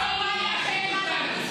יש הסכמה על דוח העוני.